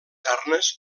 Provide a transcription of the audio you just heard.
arnes